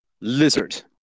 lizard